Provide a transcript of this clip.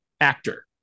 actor